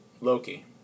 Loki